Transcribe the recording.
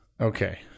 Okay